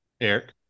Eric